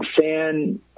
fan